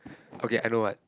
okay I know what